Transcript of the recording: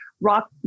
Rock